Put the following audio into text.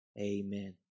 Amen